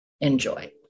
enjoy